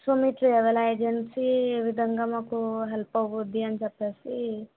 so మీ travel agency ఏ విధంగా మాకు హెల్ప్ అవుతుంది అని చెప్పి